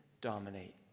dominate